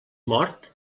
mort